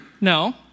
No